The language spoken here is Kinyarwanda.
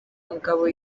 mugabo